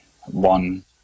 one